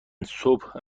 صبح